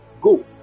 Go